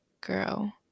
girl